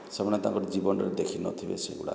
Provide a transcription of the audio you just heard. ସେମାନେ ତାଙ୍କର ଜୀବନରେ ଦେଖିନଥିବେ ସେଗୁଡ଼ାକ